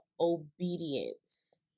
obedience